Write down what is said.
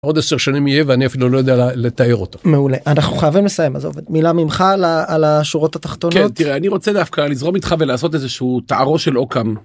וד 10 שנים יהיה ואני אפילו לא יודע לתאר אותו. מעולה, אנחנו חייבים לסיים אז מילה ממך על השורות התחתונות. כן, אני רוצה דווקא לזרום איתך ולעשות איתך איזשהו תערו של אוקם.